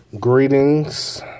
Greetings